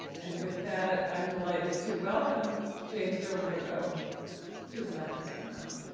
and with that, i'm delighted to welcome james delbourgo to the medical center hour.